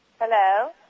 Hello